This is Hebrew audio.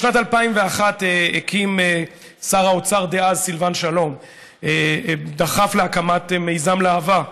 בשנת 2001 שר האוצר דאז סילבן שלום דחף להקמת מיזם להב"ה,